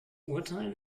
urteil